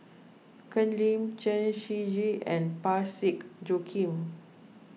Ken Lim Chen Shiji and Parsick Joaquim